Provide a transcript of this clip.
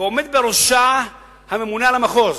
ועומד בראשה הממונה על המחוז,